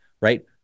Right